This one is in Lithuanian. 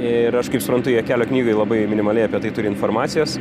ir aš kaip suprantu jie kelio knygoj labai minimaliai apie tai turi informacijos